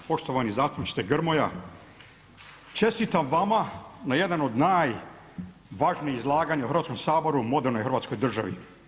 Poštovani zastupniče Grmoja, čestitam vama na jednom od najvažnijih izlaganja u Hrvatskom saboru u modernoj Hrvatskoj državi.